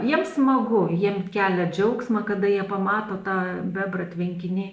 jiem smagu jiem kelia džiaugsmą kada jie pamato tą bebrą tvenkiny